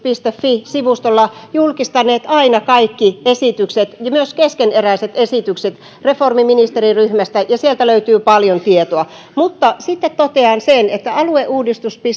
fi sivustolla julkistaneet aina kaikki esitykset myös keskeneräiset esitykset reformiministeriryhmästä ja sieltä löytyy paljon tietoa mutta sitten totean sen että alueuudistus